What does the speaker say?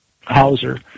Hauser